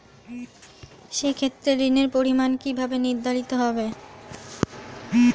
সে ক্ষেত্রে ঋণের পরিমাণ কিভাবে নির্ধারিত হবে?